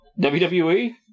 WWE